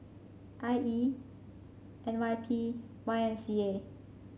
I E N Y P Y M C A